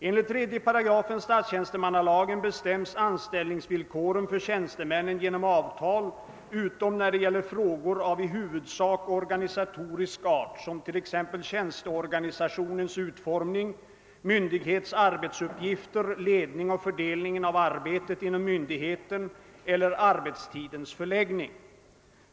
Enligt 3 § statstjänstemannalagen bestäms anställningsvillkoren för tjänstemännen genom avtal utom när det gäller frågor av i huvudsak organisatorisk art som t.ex. tjänsteorganisationens utformning, myndighets arbetsuppgifter, ledningen och fördelningen av arbetet inom myndigheten eller arbetstidens förläggning.